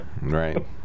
Right